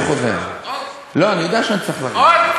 אני יודע שאני צריך לחזור.